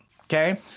okay